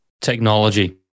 technology